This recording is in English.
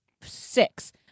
six